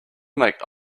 make